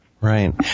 Right